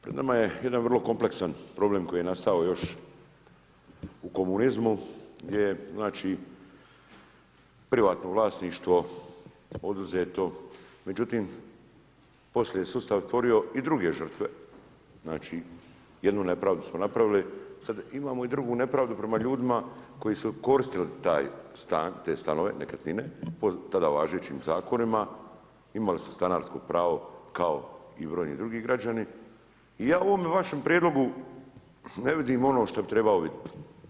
Pred nama je jedan vrlo kompleksan problem koji je nastao još u komunizmu gdje privatno vlasništvo je oduzeto međutim poslije je sustav stvorio i druge žrtve, jednu nepravdu smo napravili, sad imamo i drugu nepravdu prema ljudima koji su koristiti te stanove, nekretnine, po tada važećim zakonima, imali su stanarsko pravo kao i brojni drugi građani i ja u ovom vašem prijedlogu ne vidim ono što bi trebao vidjeti.